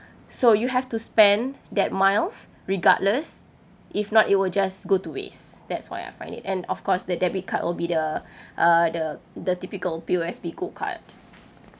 so you have to spend that miles regardless if not it will just go to waste that's why I find it and of course the debit card will be the uh the the typical P_O_S_B gold card